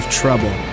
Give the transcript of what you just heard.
trouble